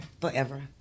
Forever